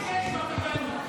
איך קיבלנו רק